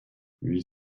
huit